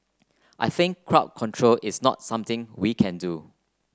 I think crowd control is not something we can do